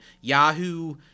Yahoo